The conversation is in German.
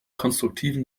konstruktiven